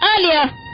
earlier